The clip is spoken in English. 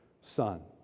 son